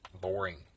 boring